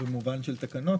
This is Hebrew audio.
במובן של תקנות,